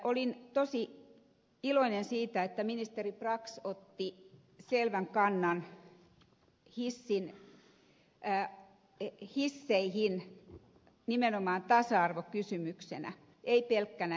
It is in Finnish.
olin tosi iloinen siitä että ministeri brax otti selvän kannan hisseihin nimenomaan tasa arvokysymyksenä ei pelkkänä esteettömyyskysymyksenä